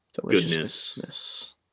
Deliciousness